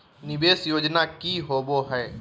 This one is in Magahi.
निवेस योजना की होवे है?